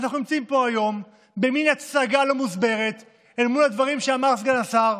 אנחנו נמצאים פה היום במין הצגה לא מוסברת מול הדברים שאמר סגן השר.